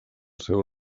seu